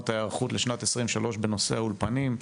את ההיערכות לשנת 2023 בנושא האולפנים.